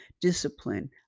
discipline